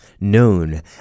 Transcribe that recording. known